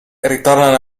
ritornano